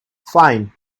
fine